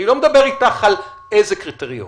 אני לא מדבר אתך על איזה קריטריון.